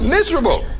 Miserable